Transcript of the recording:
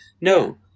No